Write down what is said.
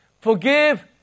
forgive